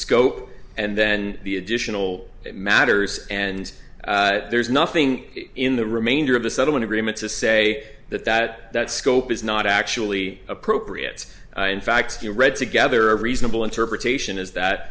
scope and then the additional matters and there's nothing in the remainder of the settlement agreement to say that that that scope is not actually appropriate in fact you read together a reasonable interpretation is that